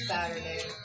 Saturday